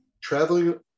traveling